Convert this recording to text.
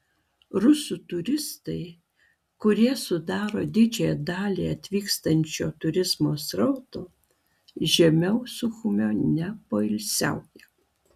rusų turistai kurie sudaro didžiąją dalį atvykstančio turizmo srauto žemiau suchumio nepoilsiauja